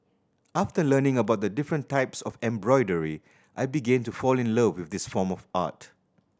after learning about the different types of embroidery I began to fall in love with this form of art